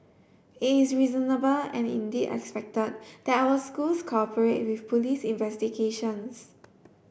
it is reasonable and indeed expected that our schools cooperate with police investigations